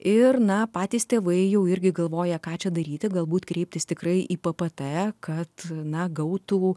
ir na patys tėvai jau irgi galvoja ką čia daryti galbūt kreiptis tikrai į p p t kad na gautų